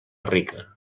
rica